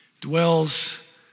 dwells